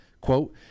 Quote